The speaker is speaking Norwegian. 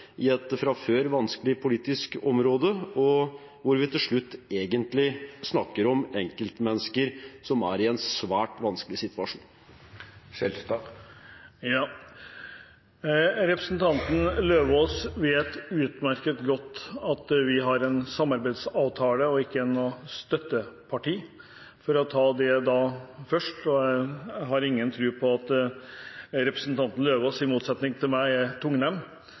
i et fra før politisk vanskelig område, og hvor vi til syvende og sist snakker om enkeltmennesker som er i en svært vanskelig situasjon? Representanten Lauvås vet utmerket godt at vi har en samarbeidsavtale og ikke er noe støtteparti – for å ta det først. Jeg har ingen tro på at representanten Lauvås, i motsetning til meg, er tungnem